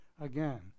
again